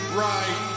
right